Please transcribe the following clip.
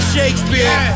Shakespeare